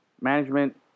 Management